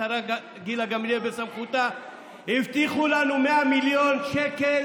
השרה גילה גמליאל בסמכותה הבטיחה לנו 100 מיליון שקל